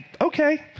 okay